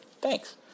Thanks